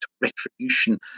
retribution